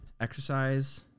Exercise